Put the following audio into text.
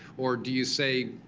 or do you say,